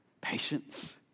Patience